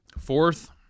Fourth